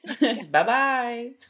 Bye-bye